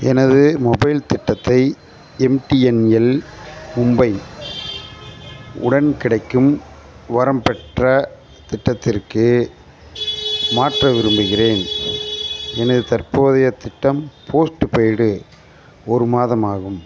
எனது மொபைல் திட்டத்தை எம்டிஎன்எல் மும்பை உடன் கிடைக்கும் வரம் பெற்ற திட்டத்திற்கு மாற்ற விரும்புகிறேன் எனது தற்போதைய திட்டம் போஸ்ட்டுபெய்டு ஒரு மாதம் ஆகும்